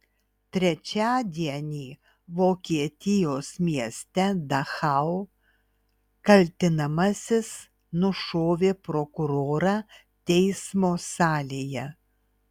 trečiadienį vokietijos mieste dachau kaltinamasis nušovė prokurorą teismo salėje